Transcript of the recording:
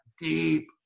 deep